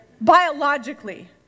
biologically